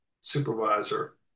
supervisor